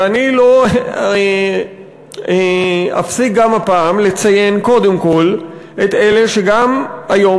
ואני לא אפסיק גם הפעם לציין קודם כול את אלה שגם היום,